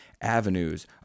avenues